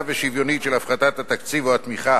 ושוויונית של הפחתת התקציב או התמיכה.